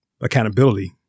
accountability